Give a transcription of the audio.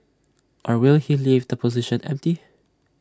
or will he leave the position empty